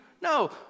no